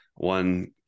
One